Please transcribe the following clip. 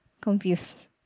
confused